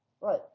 Right